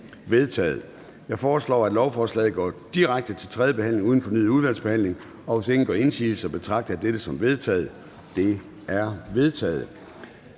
Jeg foreslår, at lovforslaget går direkte til tredje behandling uden fornyet udvalgsbehandling. Hvis ingen gør indsigelse, betragter jeg dette som vedtaget. Det er vedtaget.